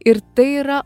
ir tai yra